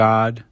God